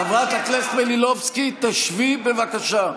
חברת הכנסת מלינובסקי, תשבי, בבקשה.